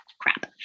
crap